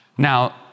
Now